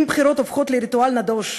אם בחירות הופכות לריטואל נדוש,